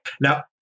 Now